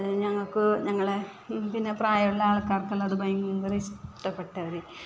അത് ഞങ്ങൾക്ക് ഞങ്ങളുടെ പിന്നെ പ്രായമുള്ള ആൾക്കാർക്കെല്ലാം ഭയങ്കര ഇഷ്ടപ്പെട്ടൊരു ഇതാണ് അപ്പം